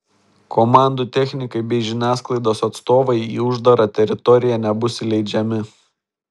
komandų technikai bei žiniasklaidos atstovai į uždarą teritoriją nebus įleidžiami